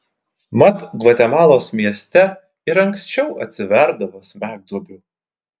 mat gvatemalos mieste ir anksčiau atsiverdavo smegduobių